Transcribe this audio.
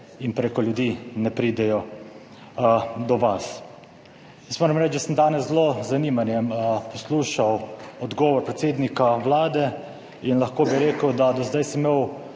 in prek ljudi ne pridejo do vas. Moram reči, da sem danes zelo z zanimanjem poslušal odgovor predsednika Vlade in lahko bi rekel, da sem do zdaj imel